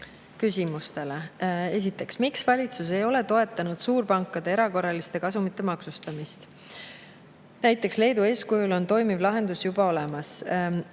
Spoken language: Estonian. küsimustele. Esiteks: "Miks valitsus ei ole toetanud suurpankade erakorraliste kasumite maksustamist? Näiteks Leedu eeskujul on juba toimiv lahendus olemas."